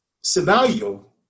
scenario